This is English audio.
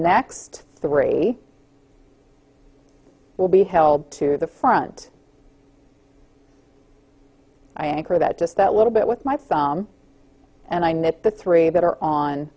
next three will be held to the front i anchor that just that little bit with my film and i knit the three that are on